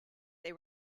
they